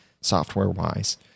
software-wise